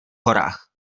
horách